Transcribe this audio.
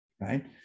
right